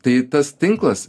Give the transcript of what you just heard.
tai tas tinklas